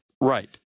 Right